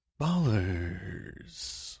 BALLERS